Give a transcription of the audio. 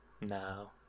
No